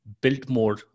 Biltmore